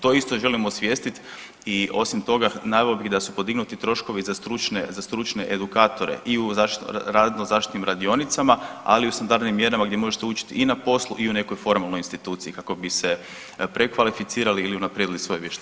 To isto želimo osvijestit i osim toga naveo bih da su podignuti troškovi za stručne edukatore i u radno zaštitnim radionicama, ali i u standardnim mjerama gdje možete učiti i na poslu i u nekoj formalnoj instituciji kako bi se prekvalificirali ili unaprijedili svoje vještine.